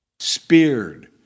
speared